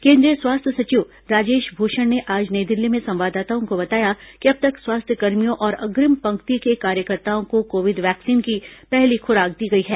केंद्रीय स्वास्थ्य सचिव राजेश भूषण ने आज नई दिल्ली में संवाददाताओं को बताया कि अब तक स्वास्थ्यकर्मियों और अग्रिम पंक्ति के कार्यकर्ताओं को कोविड वैक्सीन की पहली खुराक दी गई है